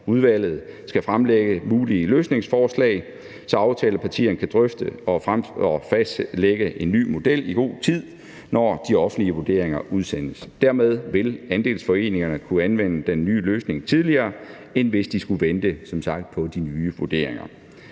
Udvalget skal fremlægge mulige løsningsforslag, så aftalepartierne kan drøfte og fastlægge en ny model i god tid, når de offentlige vurderinger udsendes. Dermed vil andelsforeningerne kunne anvende den nye løsning tidligere, end hvis de som sagt skulle vente på de nye vurderinger.